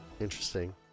Interesting